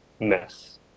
mess